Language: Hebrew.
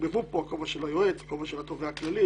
ערבבו פה את הכובע של היועץ והכובע של התובע הכללי.